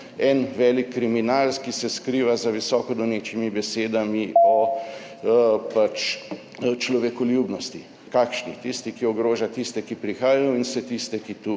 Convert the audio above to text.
en velik kriminal, ki se skriva za visoko donečimi besedami o človekoljubnosti. Kakšni? Tisti, ki ogroža tiste, ki prihajajo, in vse tiste, ki tu